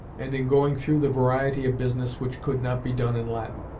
and in going through the variety of business which could not be done in latin.